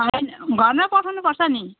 होइन घरमै पठाउनु पर्छ नि